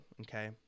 Okay